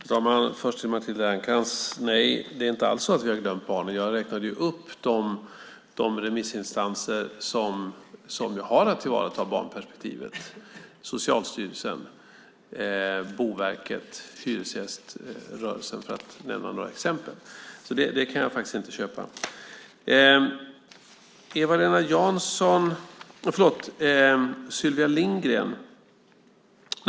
Fru talman! Först vill jag ta upp det Matilda Ernkrans säger. Nej, vi har inte alls glömt barnen. Jag räknade ju upp de remissinstanser som har att tillvarata barnperspektivet: Socialstyrelsen, Boverket och Hyresgäströrelsen, för att nämna några exempel. Ditt påstående kan jag faktiskt inte köpa.